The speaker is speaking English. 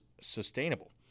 sustainable